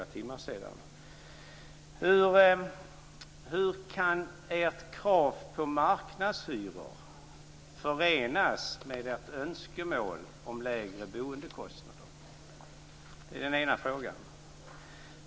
Min första fråga är: Hur kan ert krav på marknadshyror förenas med ert önskemål om lägre boendekostnader?